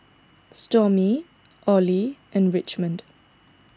Stormy Olie and Richmond